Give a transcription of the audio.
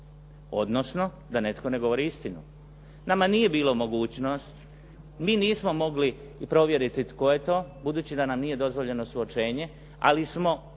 odnosno da netko ne govori istinu. Nama nije bilo mogućnost, mi nismo mogli provjeriti tko je to, budući da nam nije dozvoljeno suočenje, ali smo